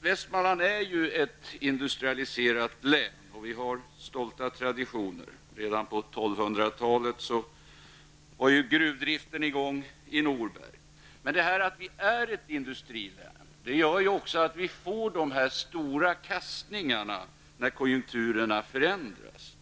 Västmanland är ett industrialiserat län, och vi har stolta traditioner. Redan på 1200-talet var gruvdriften i gång i Norberg. Att det är ett industrilän gör att vi också får de stora kastningarna när konjunkturerna förändras.